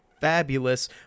fabulous